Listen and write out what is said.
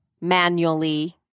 manually